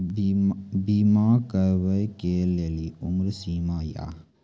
बीमा करबे के कि उम्र सीमा या?